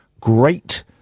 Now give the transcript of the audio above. great